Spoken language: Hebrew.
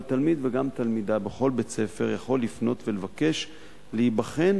אבל תלמיד וגם תלמידה בכל בית-ספר יכול לפנות ולבקש להיבחן